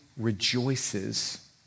rejoices